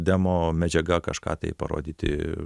demo medžiaga kažką tai parodyti